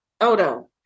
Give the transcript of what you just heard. Odo